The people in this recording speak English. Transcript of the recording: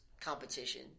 competition